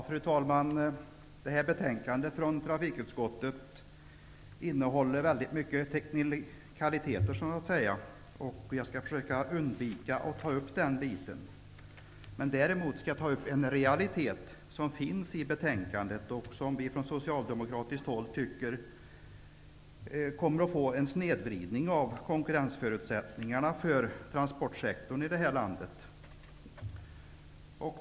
Fru talman! Detta betänkande från trafikutskottet innehåller många teknikaliteter. Jag skall försöka att undvika att ta upp den delen av ärendet. Däremot skall jag tala om en realitet som nämns i betänkandet och som vi från socialdemokratiskt håll anser kommer att ge en snedvridning av konkurrensförutsättningarna för transportsektorn i detta land.